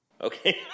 Okay